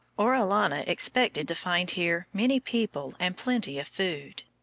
orellana expected to find here many people and plenty of food.